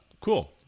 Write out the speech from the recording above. cool